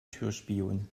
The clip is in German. türspion